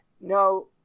no